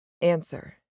Answer